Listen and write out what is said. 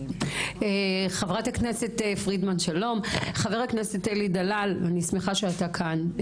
חבר הכנסת אלי דלל, אני שמחה שאתה כאן.